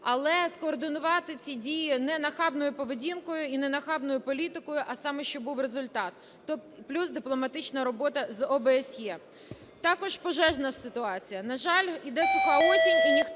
Але скоординувати ці дії не нахабною поведінкою і не нахабною політикою, а саме щоб був результат, плюс дипломатична робота з ОБСЄ. Також пожежна ситуація. На жаль, йде суха осінь, і ніхто не